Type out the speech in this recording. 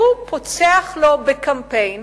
והוא פוצח לו בקמפיין